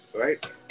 right